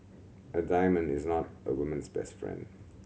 a diamond is not a woman's best friend